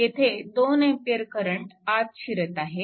येथे 2A current आत शिरत आहे